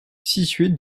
située